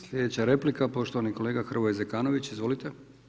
Slijedeća replika, poštovani kolega Hrvoje Zekanović, izvolite.